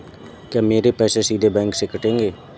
क्या मेरे पैसे सीधे बैंक से कटेंगे?